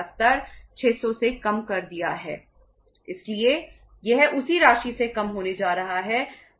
तरलता कम होती जा रही है